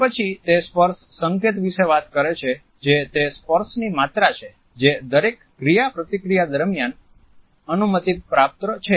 તે પછી તે સ્પર્શ સંકેત વિશે વાત કરે છે જે તે સ્પર્શની માત્રા છે જે દરેક ક્રિયાપ્રતિક્રિયા દરમિયાન અનુમતિપાત્ર છે